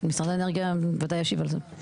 משרד האנרגיה ודאי ישיב על זה.